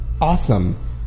awesome